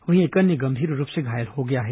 वहीं एक अन्य गंभीर रूप से घायल हो गया है